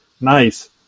Nice